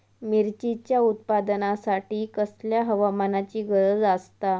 मिरचीच्या उत्पादनासाठी कसल्या हवामानाची गरज आसता?